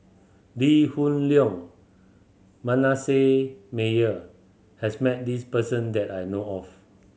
Lee Hoon Leong Manasseh Meyer has met this person that I know of